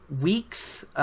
weeks